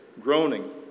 groaning